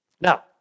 Now